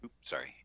Sorry